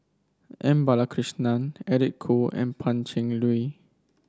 M Balakrishnan Eric Khoo and Pan Cheng Lui